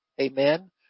amen